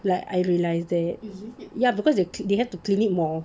like I realise that ya because they they have to clean it more